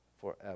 forever